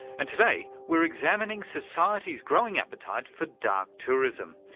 and today, we're examining society's growing appetite for dark tourism,